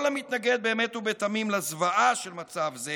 כל המתנגד באמת ובתמים לזוועה של מצב זה